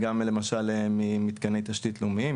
היא גם למשל ממתקני תשתית לאומיים,